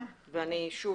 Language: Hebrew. ושוב,